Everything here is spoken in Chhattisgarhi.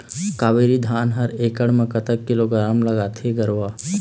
कावेरी धान हर एकड़ म कतक किलोग्राम लगाथें गरवा?